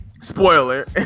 Spoiler